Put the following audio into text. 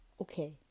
Okay